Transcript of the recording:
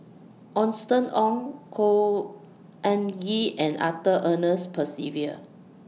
Austen Ong Khor Ean Ghee and Arthur Ernest Percival